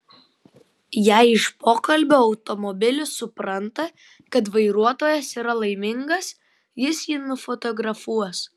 jei iš pokalbio automobilis supranta kad vairuotojas yra laimingas jis jį nufotografuos